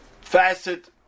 facet